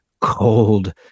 cold